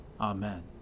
Amen